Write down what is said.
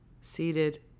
Seated